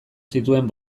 zituen